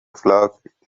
flock